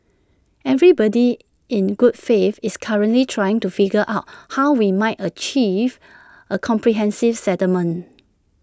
everybody in good faith is currently trying to figure out how we might achieve A comprehensive settlement